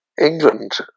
England